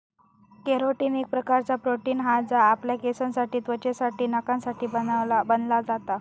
carotene एक प्रकारचा protein हा जा आपल्या केसांसाठी त्वचेसाठी आणि नखांसाठी बनला जाता